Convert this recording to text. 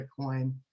Bitcoin